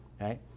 Right